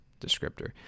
descriptor